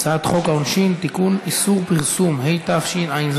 הצעת חוק העונשין (תיקון, איסור פרסום), התשע"ז